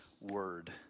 word